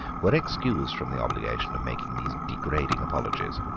were excused from the obligation of making these degrading apologies.